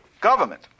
government